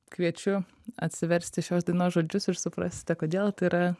kviečiu atsiversti šios dainos žodžius ir suprasite kodėl tai yra